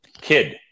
kid